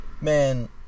man